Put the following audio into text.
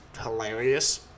hilarious